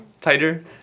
Tighter